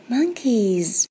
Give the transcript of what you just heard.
Monkeys 。